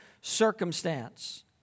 circumstance